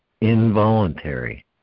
involuntary